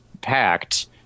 packed